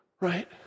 right